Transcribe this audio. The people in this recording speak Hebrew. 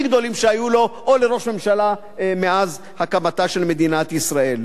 הכי גדולים שהיו לו או לראש ממשלה מאז הקמתה של מדינת ישראל.